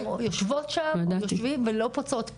יושבות שם ולא פוצעות פה,